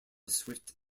swift